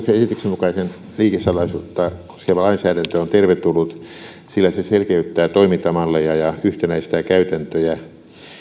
mukainen liikesalaisuutta koskeva lainsäädäntö on tervetullut sillä se selkeyttää toimintamalleja ja yhtenäistää käytäntöjä